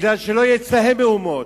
כדי שלא יהיו אצלם מהומות.